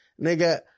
nigga